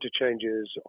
interchanges